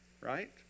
right